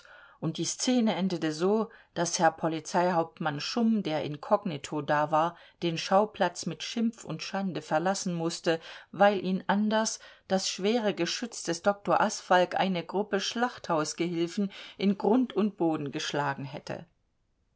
und die szene endete so daß herr polizeihauptmann schumm der incognito da war den schauplatz mit schimpf und schande verlassen mußte weil ihn anders das schwere geschütz des dr asfalg eine gruppe schlachthausgehilfen in grund und boden geschlagen hätte